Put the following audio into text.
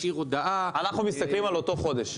חודש,